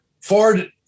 Ford